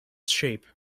shape